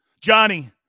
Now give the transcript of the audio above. Johnny